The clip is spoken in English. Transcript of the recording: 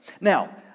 Now